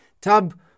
tab